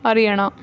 Haryana